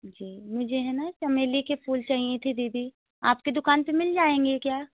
जी मुझे है न चमेली के फूल चाहिए थी दीदी आपके दूकान पर मिल जाएँगे क्या